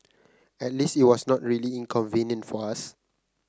at least it was not really inconvenient for us